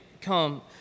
come